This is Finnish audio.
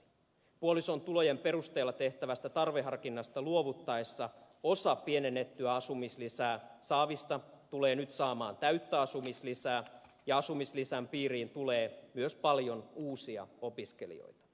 puolison tulojen perusteella tehtävästä tarveharkinnasta luovuttaessa osa pienennettyä asumislisää saavista tulee nyt saamaan täyttä asumislisää ja asumislisän piiriin tulee myös paljon uusia opiskelijoita